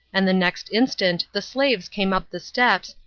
and the next instant the slaves came up the steps,